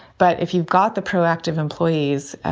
but if you've got the proactive employees,